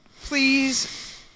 Please